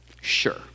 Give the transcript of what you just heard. Sure